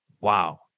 wow